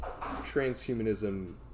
Transhumanism